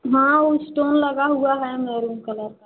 हाँ वो स्टोन लगा हुआ मरून कलर का